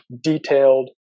detailed